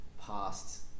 past